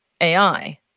AI